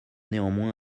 néanmoins